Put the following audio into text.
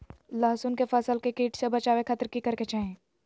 लहसुन के फसल के कीट से बचावे खातिर की करे के चाही?